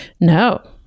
No